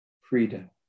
Freedom